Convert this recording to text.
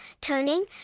turning